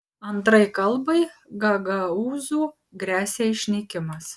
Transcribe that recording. antrai kalbai gagaūzų gresia išnykimas